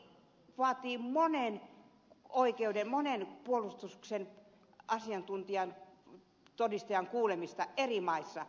puolustus vielä vaatii monen puolustuksen asiantuntijan todistajan kuulemista eri maissa